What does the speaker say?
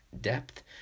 depth